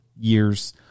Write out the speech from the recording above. years